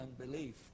unbelief